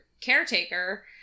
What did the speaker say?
caretaker